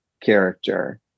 character